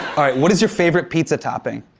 alright, what is your favorite pizza topping?